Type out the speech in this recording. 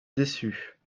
déçue